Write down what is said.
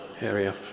area